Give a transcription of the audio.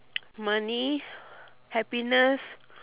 money happiness